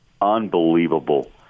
unbelievable